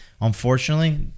unfortunately